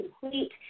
complete